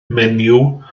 menyw